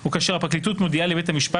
או כאשר הפרקליטות מודיעה לבית המשפט